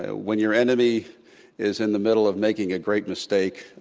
ah when your enemy is in the middle of making a great mistake,